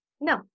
No